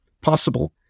possible